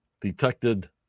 detected